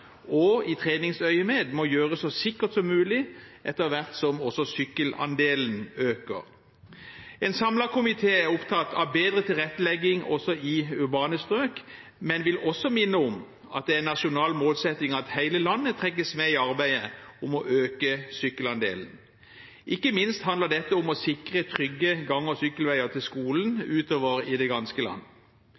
og i treningsøyemed må gjøres så sikkert som mulig etter hvert som sykkelandelen øker. En samlet komité er opptatt av bedre tilrettelegging i urbane strøk, men vil også minne om at det er en nasjonal målsetting at hele landet trekkes med i arbeidet med å øke sykkelandelen. Ikke minst handler dette om å sikre trygge gang- og sykkelveier til skolen utover i det ganske land.